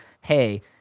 hey